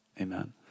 Amen